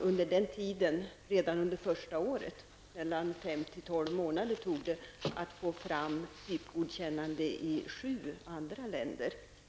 Under det första året fick man i sju andra länder fram ett typgodkännande, och det tog 5--12 månader.